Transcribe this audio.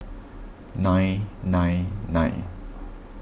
nine nine nine